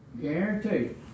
Guaranteed